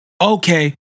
Okay